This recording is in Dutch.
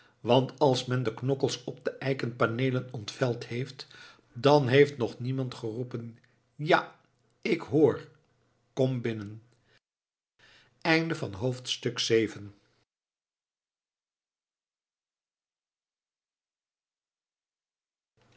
want als men de knokkels op de eiken paneelen ontveld heeft dan heeft nog niemand geroepen ja ik hoor kom binnen